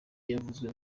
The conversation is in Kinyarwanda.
yavuzwe